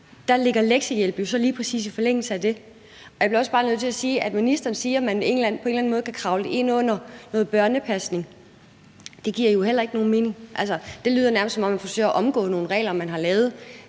Der ligger lektiehjælp lige præcis i forlængelse af det. Jeg bliver også bare nødt til at sige, at det, at ministeren siger, at det på en eller anden måde kan kravle ind under noget børnepasning, jo heller ikke giver nogen mening. Altså, det lyder nærmest, som om man forsøger at undgå nogle regler, man har lavet.